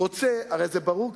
רוצה, הרי זה ברור.